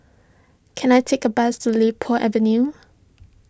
can I take a bus to Li Po Avenue